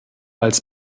als